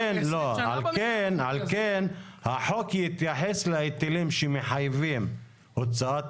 בסעיף 1 ב' א' שמדבר על התנאים שצריך בעל המבנה,